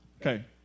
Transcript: Okay